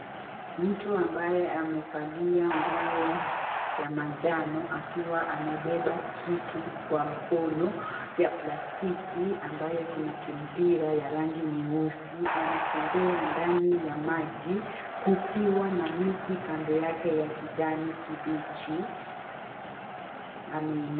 Mtu amevalia nguo ya manjano akiwa amebeba kitu kwa mkono ya plastiki ambayo iko na kimpira ya rangi nyeusi anatembea ndani ya maji kukiwa na miti kando yake ya kijani kibichi, ameinama.